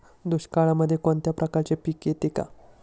दुष्काळामध्ये कोणत्या प्रकारचे पीक येते का?